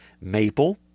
maple